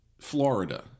Florida